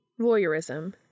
voyeurism